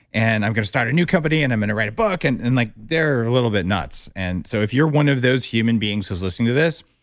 and i'm going to start a new company, and i'm going to write a book, and and like they're a little bit nuts. and so if you're one of those human beings who's listening to this,